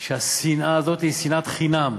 שהשנאה היא שנאת חינם.